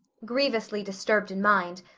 grievously disturbed in mind,